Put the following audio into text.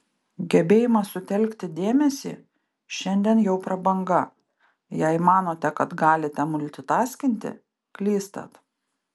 gebėjimas sutelkti dėmesį šiandien jau prabanga jei manote kad galite multitaskinti klystat